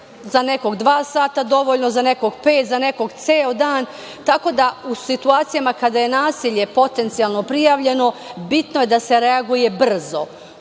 za nekog dva sata dovoljno, za nekog pet, za nekog ceo dan. Tako da, u situacijama kada je nasilje potencijalno prijavljeno bitno je da se reaguje brzo.